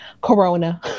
Corona